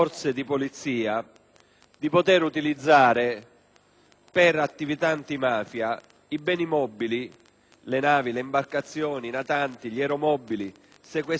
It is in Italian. iscritti in pubblici registri, le navi, le imbarcazioni, i natanti e gli aeromobili sequestrati nel corso di operazioni di polizia giudiziaria